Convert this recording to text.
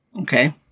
Okay